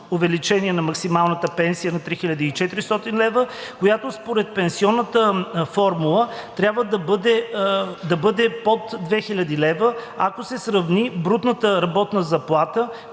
на максималната пенсия на 3400 лв., която според пенсионната формула трябва да бъде под 2000 лв. Ако се сравни брутната работна заплата,